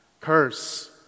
Curse